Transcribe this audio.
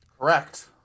Correct